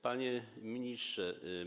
Panie Ministrze!